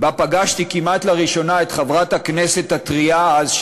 ובה פגשתי כמעט לראשונה את חברת הכנסת הטרייה אז,